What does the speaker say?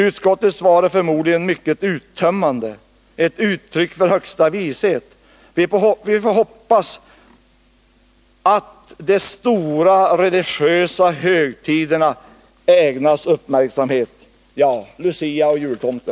Utskottets svar är förmodligen mycket uttömmande — ett uttryck för högsta vishet. Vi får hoppas att ”de stora religiösa högtiderna ägnas uppmärksamhet”. Lucia och jultomte?